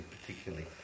particularly